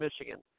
Michigan